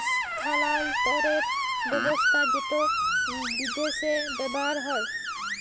ইসথালালতরের ব্যাবস্থা যেট বিদ্যাশে ব্যাভার হয়